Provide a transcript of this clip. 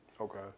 Okay